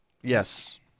Yes